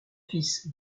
fils